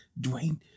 Dwayne